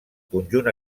conjunt